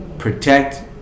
protect